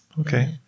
Okay